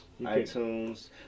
iTunes